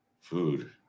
Food